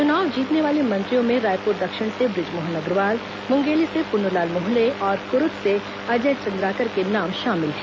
चुनाव जीतने वाले मंत्रियों में रायपुर दक्षिण से बृजमोहन अग्रवाल मुंगेली से पुन्नूलाल मोहले और कुरूद से अजय चंद्राकर के नाम शामिल हैं